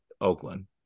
Oakland